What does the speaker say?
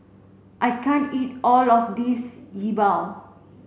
I can't eat all of this Yi Bua